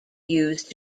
used